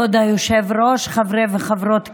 כבוד היושב-ראש, חברי וחברות הכנסת,